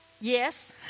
Yes